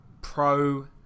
pro